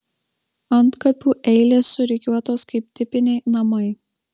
antkapių eilės surikiuotos kaip tipiniai namai